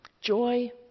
Joy